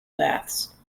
baths